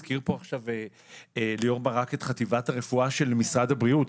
הזכיר פה עכשיו ליאור ברק את חטיבת הרפואה של משרד הבריאות,